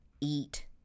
eat